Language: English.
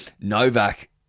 Novak